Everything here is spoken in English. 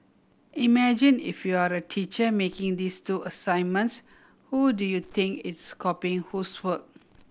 imagine if you are the teacher marking these two assignments who do you think is copying whose work